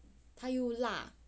他又辣